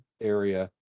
area